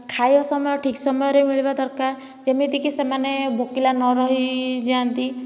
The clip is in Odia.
ଖାଇବା ସମୟ ଠିକ୍ ସମୟରେ ମିଳିବା ଦରକାର ଯେମିତିକି ସେମାନେ ଭୋକିଲା ନ ରହିଯାଆନ୍ତି